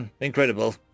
incredible